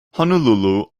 honolulu